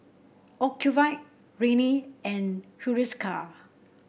Ocuvite Rene and Hiruscar